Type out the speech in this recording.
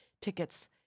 Tickets